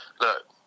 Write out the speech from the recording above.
look